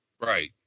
Right